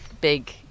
big